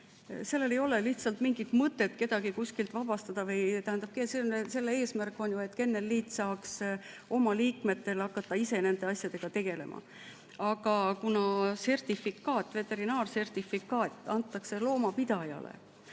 et ei ole lihtsalt mingit mõtet kedagi kusagilt vabastada vms. Tähendab, selle eesmärk on ju, et kennelliit saaks oma liikmetega hakata ise nende asjadega tegelema. Aga kuna veterinaarsertifikaat antakse loomapidajale,